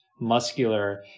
muscular